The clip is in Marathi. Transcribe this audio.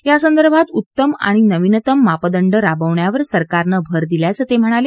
यासंदर्भात उत्तम आणि नवीनतम मापदंड राबवण्यावर सरकारनं भर दिल्याचं ते म्हणाले